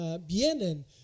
vienen